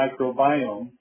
microbiome